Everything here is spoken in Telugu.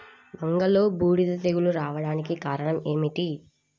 వంగలో బూడిద తెగులు రావడానికి కారణం ఏమిటి?